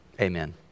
Amen